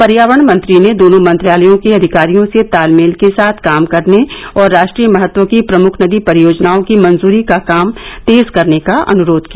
पर्यावरण मंत्री ने दोनों मंत्रालयों के अधिकारियों से तालमेल के साथ काम करने और राष्ट्रीय महत्व की प्रमुख नदी परियोजनाओं की मंजूरी का काम तेज करने का अनुरोध किया